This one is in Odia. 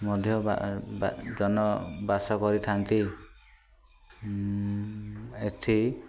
ମଧ୍ୟ ବା ବା ଜନବାସ କରିଥାନ୍ତି ଏଥି